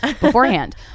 Beforehand